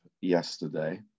yesterday